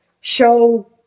show